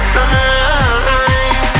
Sunrise